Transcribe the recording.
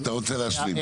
טוב, אתה רוצה להשלים.